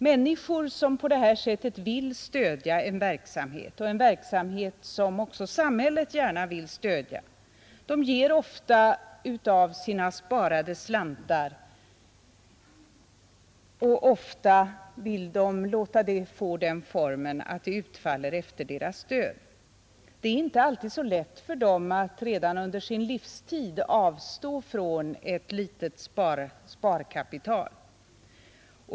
Människor som på det här sättet vill stödja en verksamhet, och en verksamhet som också samhället gärna vill stödja, ger ofta av sina sparade slantar och ofta vill de låta det få den formen att gåvan utfaller efter deras död. Det är inte alltid så lätt för dem att redan under sin livstid avstå från ett litet sparkapital.